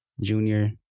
junior